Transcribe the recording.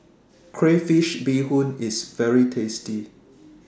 Crayfish Beehoon IS very tasty